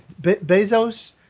Bezos